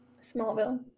Smallville